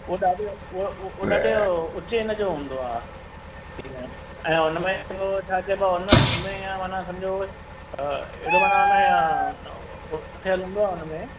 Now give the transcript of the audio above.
हो ॾाढो हो ॾाढो उचे हिनजो हूंदो आहे ऐं हुनमें थींदो छा चइबो हुनमें इअं माना सम्झो अ एॾो माना हीअं थियल हूंदो आहे हुनमें